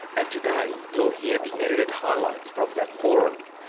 and today, you'll hear the edited highlights from that forum.